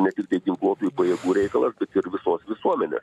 net ir ginkluotųjų pajėgų reikalas ir visos visuomenės